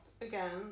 again